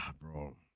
bro